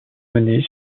menés